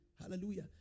Hallelujah